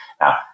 Now